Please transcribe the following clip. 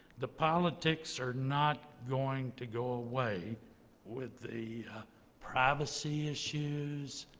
the politics are not going to go away with the privacy issues,